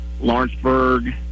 Lawrenceburg